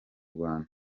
rwanda